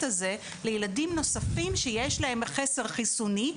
הזה לילדים נוספים שיש להם חסר חיסוני,